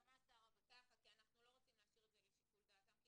כי אנחנו לא רוצים להשאיר את זה לשיקול דעתם,